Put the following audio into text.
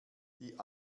die